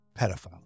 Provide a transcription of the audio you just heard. pedophile